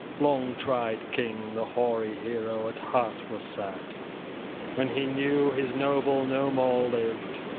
long-tried king, the hoary hero, at heart was sad when he knew his noble no more lived,